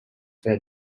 their